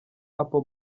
apple